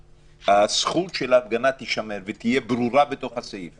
הזכות של ההפגנה תישמר ותהיה ברורה בתוך הסעיף.